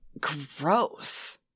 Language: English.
gross